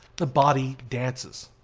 the body dances.